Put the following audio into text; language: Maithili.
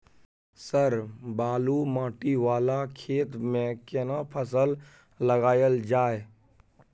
सर बालू माटी वाला खेत में केना फसल लगायल जाय?